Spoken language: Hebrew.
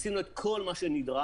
עשינו את כל מה שנדרש